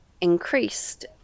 increased